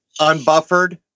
Unbuffered